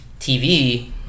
TV